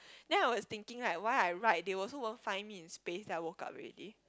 then I was thinking right why I write they also won't find me in space I woke up already